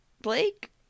Blake